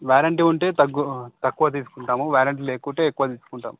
warranty ఉంటే తగ్గు తక్కువ తీసుకుంటాము వ్యారంటీ లేకుంటే ఎక్కువ తీసుకుంటాం